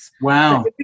Wow